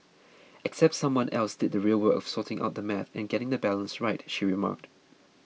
except someone else did the real work of sorting out the math and getting the balance right she remarked